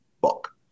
book